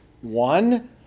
one